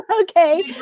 Okay